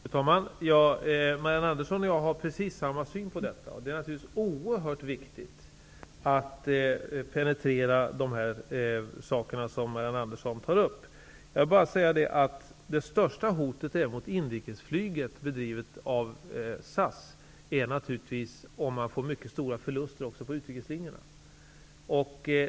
Fru talman! Marianne Andersson och jag har samma syn på detta. Det är oerhört viktigt att penetrera de frågor som Marianne Andersson tar upp. Det största hotet mot ett inrikesflyg bedrivet av SAS är givetvis att man får mycket stora förluster även på utrikeslinjerna.